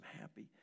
happy